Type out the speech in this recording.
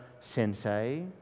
sensei